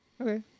Okay